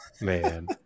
Man